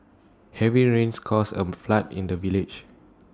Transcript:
heavy rains caused A flood in the village